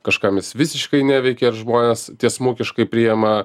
kažkam jis visiškai neveikiair žmonės tiesmukiškai prijema